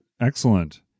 Excellent